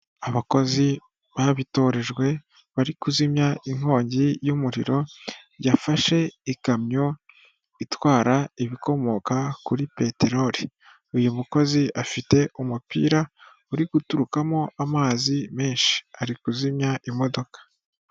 Abakozi babitorejwe bari kuzimya inkongi y'umuriro yafashe ikamyo itwara ibikomoka kuri peterori. Uyu mukozi afite umupira uri guturukamo amazi menshi ari kuzimya imodoka.